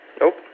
Nope